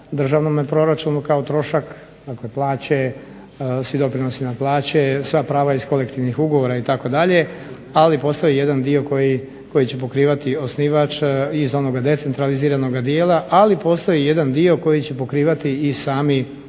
državnome proračunu kao trošak, dakle plaće, svi doprinosi na plaće, sva prava iz kolektivnih ugovora itd., ali postoji jedan dio koji će pokrivati osnivač iz onoga decentraliziranoga dijela, ali postoji i jedan dio koji će pokrivati i sami korisnici,